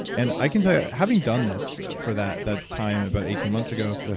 and i can tell you, having done this for that that time about eighteen months ago, yeah